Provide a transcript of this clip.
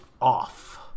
Off